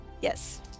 Yes